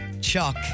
Chuck